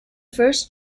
first